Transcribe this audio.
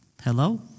Hello